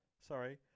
Sorry